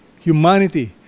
humanity